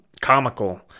comical